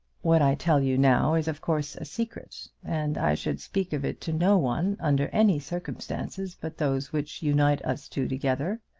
what i tell you now is of course a secret and i should speak of it to no one under any circumstances but those which unite us two together.